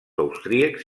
austríacs